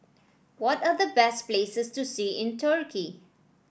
what are the best places to see in Turkey